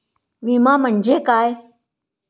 विमा म्हणजे काय?